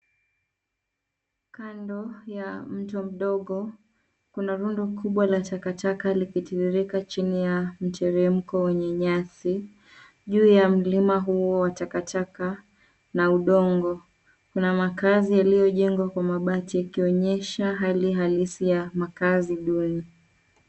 Kando ya mto mdogo kuna rundo kubwa la takataka likitiririka chini ya mteremko wenye nyasi. Juu ya mlima huo wa takataka na udongo, kuna makazi yaliyojengwa kwa mabati yakionyesha hali halisi ya makazi duni.